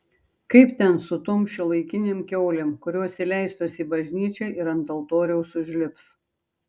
kaip ten su tom šiuolaikinėm kiaulėm kurios įleistos į bažnyčią ir ant altoriaus užlips